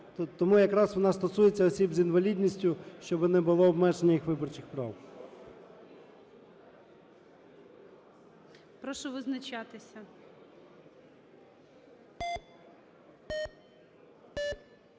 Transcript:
Тому якраз вона стосується осіб з інвалідністю, щоб не було обмеження їх виборчих прав.